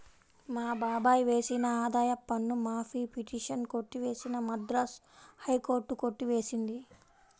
మా బాబాయ్ వేసిన ఆదాయపు పన్ను మాఫీ పిటిషన్ కొట్టివేసిన మద్రాస్ హైకోర్టు కొట్టి వేసింది